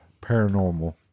paranormal